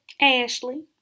Ashley